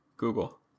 Google